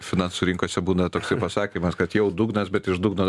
finansų rinkose būna toksai pasakymas kad jau dugnas bet iš dugno